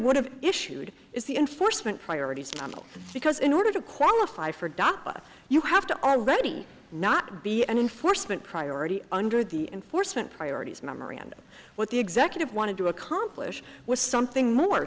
would have issued is the enforcement priorities double because in order to qualify for da you have to already not be an enforcement priority under the enforcement priorities memory and what the executive wanted to accomplish was something more